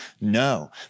No